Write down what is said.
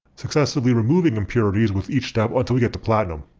successively removing impurities with each step until we get to platinum.